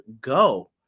go